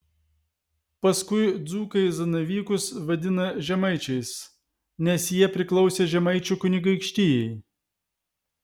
paskui dzūkai zanavykus vadina žemaičiais nes jie priklausė žemaičių kunigaikštijai